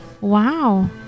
Wow